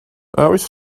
oes